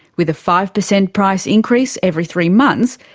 with a five percent price increase every three months,